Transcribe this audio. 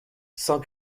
cent